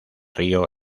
río